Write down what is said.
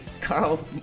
Carl